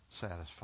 satisfied